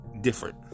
different